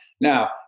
Now